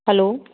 hello